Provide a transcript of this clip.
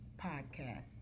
Podcast